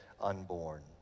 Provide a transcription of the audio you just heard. unborn